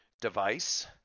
device